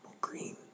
green